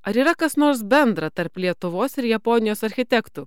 ar yra kas nors bendra tarp lietuvos ir japonijos architektų